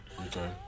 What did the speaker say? okay